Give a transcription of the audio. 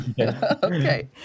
Okay